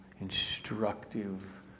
instructive